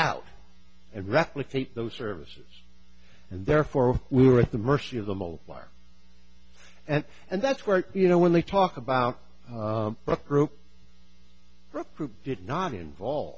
out and replicate those services and therefore we were at the mercy of the mole wire and and that's where you know when they talk about group did not involve